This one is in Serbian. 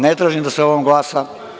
Ne tražim da se o ovome glasa.